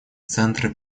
центры